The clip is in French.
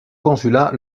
consulat